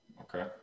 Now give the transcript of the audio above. Okay